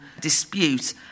dispute